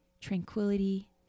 tranquility